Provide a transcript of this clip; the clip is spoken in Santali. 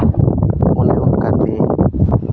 ᱚᱱᱮ ᱚᱱᱠᱟ ᱛᱮ